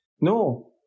No